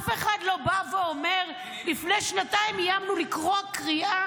אף אחד לא בא ואומר: לפני שנתיים איימנו לקרוע קריעה,